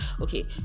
okay